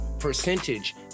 percentage